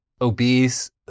obese